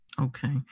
Okay